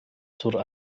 zur